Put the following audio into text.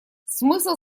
смысл